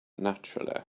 naturally